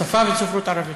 שפה וספרות ערבית.